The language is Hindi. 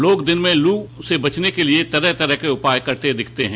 लोग दिन में लू से बचने के लिए तरह तरह के उपाय करते दिखते हैं